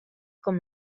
com